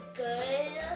good